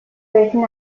written